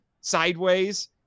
sideways